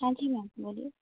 हाँ जी मैम बोलिए